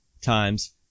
times